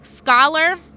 scholar